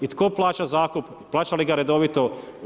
I tko plaća zakup, plaća li ga redovito?